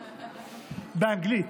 באנגלית.